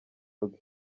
bwe